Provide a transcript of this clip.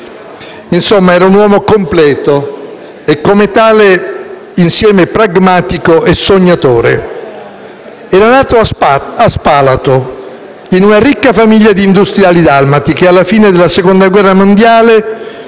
Insomma, era un uomo completo e, come tale, insieme pragmatico e sognatore. Era nato a Spalato, in una ricca famiglia di industriali dalmati, che alla fine della Seconda guerra mondiale